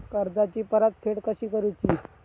कर्जाची परतफेड कशी करूची?